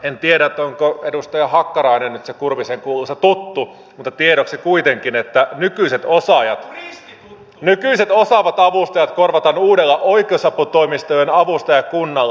en tiedä onko edustaja hakkarainen nyt se kurvisen kuuluisa tuttu mutta tiedoksi kuitenkin että nykyiset osaavat avustajat korvataan uudella oikeusaputoimistojen avustajakunnalla